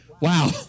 Wow